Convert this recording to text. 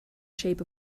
shape